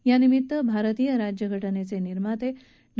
त्यानिमित्त भारतीय राज्यघटनेचे निर्माता डॉ